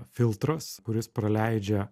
filtras kuris praleidžia